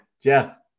Jeff